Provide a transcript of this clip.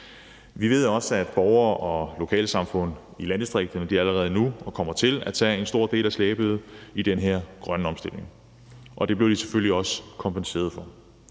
Vi ved også, at borgere og lokalsamfund i landdistrikterne kommer til – og allerede gør det nu – at tage en stor del af slæbet i den her grønne omstilling, og det bliver de også kompenseret for,